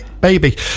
Baby